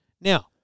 Now